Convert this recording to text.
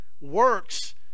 works